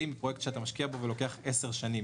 מפרויקט שאתה משקיע בו ולוקח לסיים אותו עשר שנים.